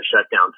shutdown